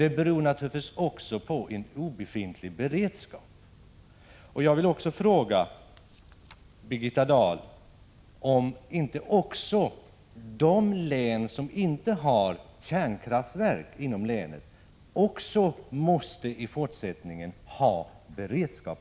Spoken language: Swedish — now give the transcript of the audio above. Det beror naturligtvis också på en obefintlig beredskap.